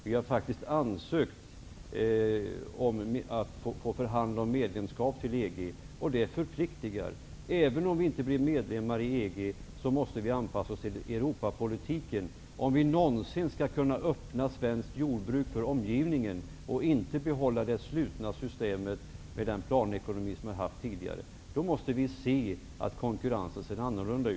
Vi har faktiskt ansökt om att få förhandla om medlemskap i EG. Det förpliktigar. Även om Sverige inte blir medlem i EG, måste Sverige anpassa sig till Europapolitiken. Om vi någonsin skall kunna öppna svenskt jordbruk för omgivningen och inte behålla det slutna systemet med den tidigare planekonomin, måste vi förstå att konkurrensen är annorlunda.